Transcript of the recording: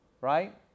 right